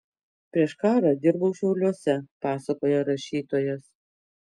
prieš karą dirbau šiauliuose pasakoja rašytojas